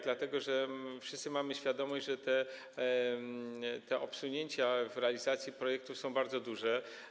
Pytam, dlatego że wszyscy mamy świadomość, że te obsunięcia w realizacji projektów są bardzo duże.